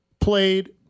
played